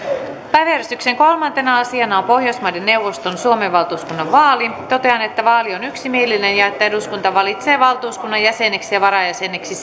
päiväjärjestyksen kolmantena asiana on pohjoismaiden neuvoston suomen valtuuskunnan vaali totean että vaali on yksimielinen ja että eduskunta valitsee valtuuskunnan jäseniksi ja varajäseniksi